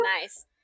nice